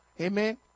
Amen